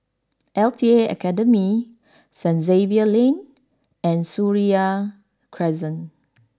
L T A Academy Saint Xavier's Lane and Seraya Crescent